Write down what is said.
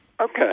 okay